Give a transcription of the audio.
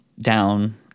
down